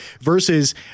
versus